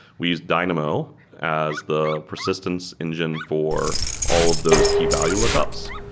we use dynamo as the persistence engine for all of those key value lookups.